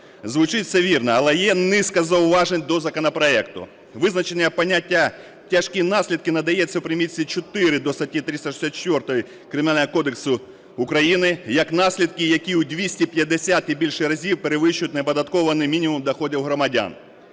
Звучить все вірно, але є низка зауважень до законопроекту. Визначення поняття "тяжкі наслідки" надається в примітці 4 до статті 364 Кримінального кодексу України як наслідки, які в 250 і більше разів перевищують неоподаткований мінімум доходів громадян.